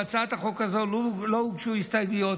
להצעת החוק הזאת לא הוגשו הסתייגויות,